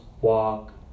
walk